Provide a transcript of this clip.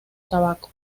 tabaco